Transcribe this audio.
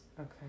Okay